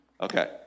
Okay